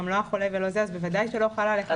גם לא החולה בוודאי שלא חל עליך.